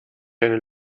keine